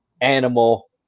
Animal